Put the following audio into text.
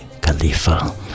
Khalifa